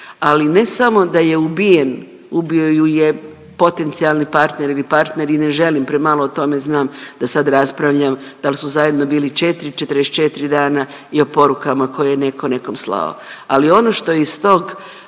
ali ne samo da je ubijen ubio ju je potencijalni partner ili partner i ne želi premalo o tome znam da sad raspravljam da li su zajedno bili 4 il 44 dana i o porukama koje je neko nekom slao. Ali o ono što je iz tog